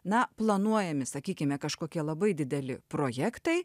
na planuojami sakykime kažkokie labai dideli projektai